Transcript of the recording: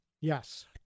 Yes